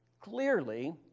clearly